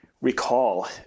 recall